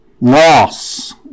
loss